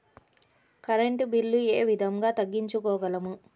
Current bill ఏ విధంగా తగ్గించుకోగలము?